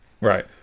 right